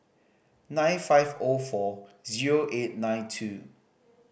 nine five O four zero eight nine two